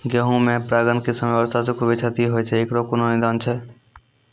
गेहूँ मे परागण के समय वर्षा से खुबे क्षति होय छैय इकरो कोनो निदान छै?